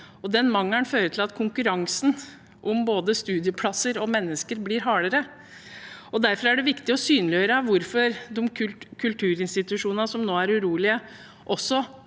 den mangelen fører til at konkurransen om både studieplasser og mennesker blir hardere. Derfor er det viktig å synliggjøre hvorfor de kulturinstitusjonene som nå er urolige,